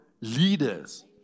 leaders